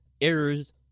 errors